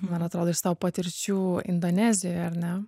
man atrodo iš savo patirčių indonezijoj ar ne